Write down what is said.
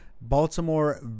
Baltimore